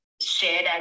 shared